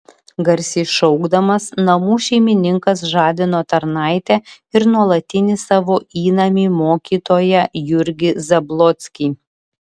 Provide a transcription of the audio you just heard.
garsiai šaukdamas namų šeimininkas žadino tarnaitę ir nuolatinį savo įnamį mokytoją jurgį zablockį